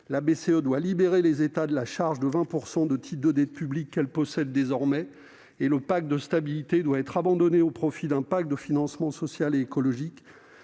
(BCE) doit libérer les États de la charge des 20 % de titres de dette publique qui sont désormais en sa possession et le pacte de stabilité doit être abandonné au profit d'un pacte de financement social et écologique.